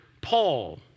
Paul